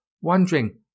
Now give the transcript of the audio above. wondering